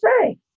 say